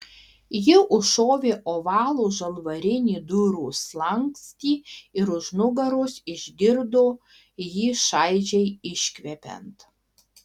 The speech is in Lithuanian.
ji užšovė ovalų žalvarinį durų skląstį ir už nugaros išgirdo jį šaižiai iškvepiant